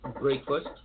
breakfast